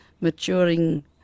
maturing